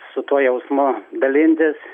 su tuo jausmu dalintis